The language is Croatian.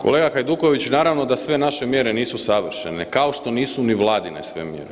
Kolega Hajduković, naravno da sve naše mjere nisu savršene, kao što nisu ni Vladine sve mjere.